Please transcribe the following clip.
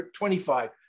25